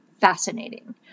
Fascinating